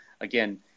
again